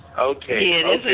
Okay